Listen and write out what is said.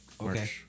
Okay